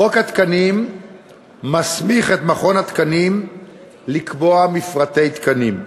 חוק התקנים מסמיך את מכון התקנים לקבוע מפרטי תקנים.